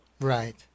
Right